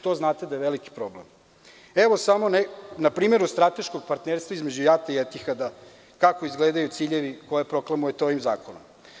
To znate da je veliki problem, evo, samo na primeru strateškog partnerstva između JAT-a i „Etihada“, kako izgledaju ciljevi koje proklamujete ovim zakonom.